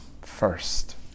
First